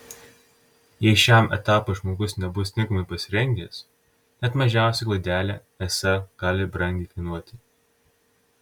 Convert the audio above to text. jei šiam etapui žmogus nebus tinkamai pasirengęs net mažiausia klaidelė esą gali brangiai kainuoti